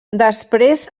després